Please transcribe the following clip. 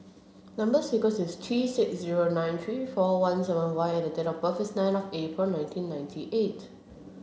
number sequence is T six zero nine three four one seven Y and date of birth is nine of April nineteen ninety eight